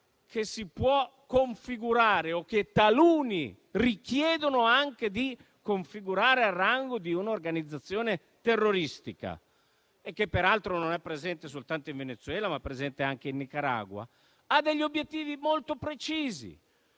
che si può configurare, o che taluni richiedono anche di configurare al rango di un'organizzazione terroristica - peraltro presente non soltanto in Venezuela, ma anche in Nicaragua - ha degli obiettivi molto precisi: